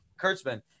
Kurtzman